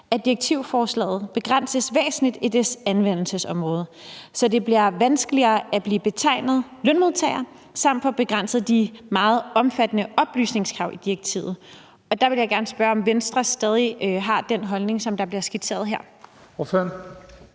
at direktivforslaget begrænses væsentligt i dets anvendelsesområde, så det bliver vanskeligere at blive betegnet lønmodtager, samt får begrænset de meget omfattende oplysningskrav i direktivet.« Der vil jeg gerne spørge, om Venstre stadig har den holdning, som der bliver skitseret her.